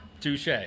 Touche